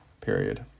period